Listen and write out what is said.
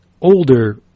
older –